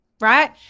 right